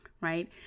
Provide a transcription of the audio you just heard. right